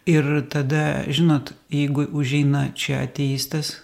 ir tada žinot jeigu užeina čia ateistas